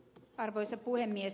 arvoisa puhemies